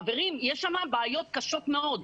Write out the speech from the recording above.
חברים, יש שם בעיות קשות מאוד.